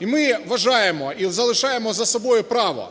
ми вважаємо, і залишаємо за собою право